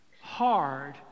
hard